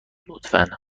لطفا